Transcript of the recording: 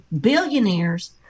billionaires